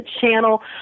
channel